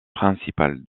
principale